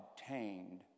obtained